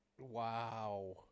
Wow